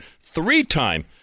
three-time